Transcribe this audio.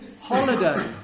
Holiday